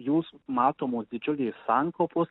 jūs matomos didžiulės sankaupos